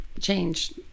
change